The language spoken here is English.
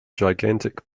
gigantic